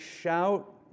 shout